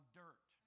dirt